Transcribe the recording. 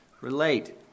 relate